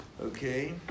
Okay